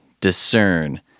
discern